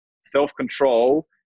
self-control